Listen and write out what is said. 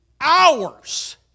hours